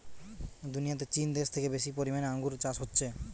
দুনিয়াতে চীন দেশে থেকে বেশি পরিমাণে আঙ্গুর চাষ হচ্ছে